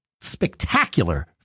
spectacular